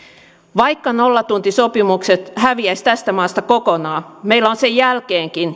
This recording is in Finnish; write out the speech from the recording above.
vaikka nollatuntisopimukset häviäisivät tästä maasta kokonaan meillä on sen jälkeenkin